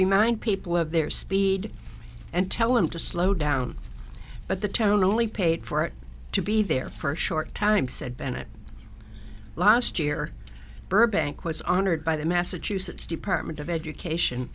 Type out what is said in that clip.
three mine people have their speed and tell him to slow down but the town only paid for it to be there for a short time said bennett last year burbank was honored by the massachusetts department of education